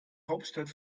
hauptstadt